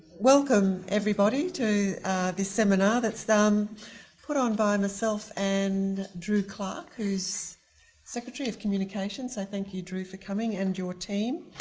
welcome everybody to this seminar that's put on by myself and drew clark who's secretary of communications. i thank you drew for coming and your team,